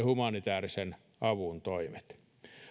humanitäärisen avun toimet